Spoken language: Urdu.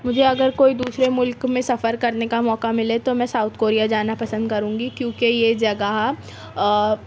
مجھے اگر کوئی دوسرے ملک میں سفر کرنے کا موقع ملے تو میں ساؤتھ کوریا جانا پسند کروں گی کیونکہ یہ جگہ